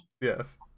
Yes